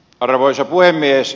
arvoisa puhemies